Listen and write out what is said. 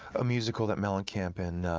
a musical that mellencamp and